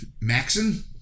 Maxon